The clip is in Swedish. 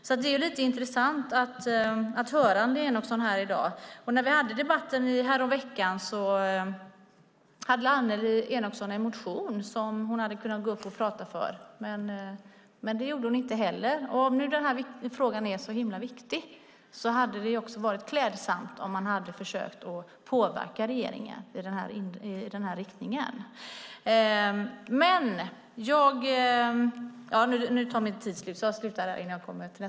Det är därför lite intressant att höra Annelie Enochson här i dag. När vi hade en debatt häromveckan hade Annelie Enochson en motion som hon hade kunnat gå upp och prata för, men det gjorde hon inte heller. Om den här frågan nu är så himla viktig hade det varit klädsamt om hon hade försökt påverka regeringen i den här riktningen.